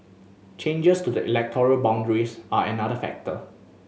changes to the electoral boundaries are another factor